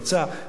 בכל השפות,